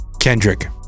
Kendrick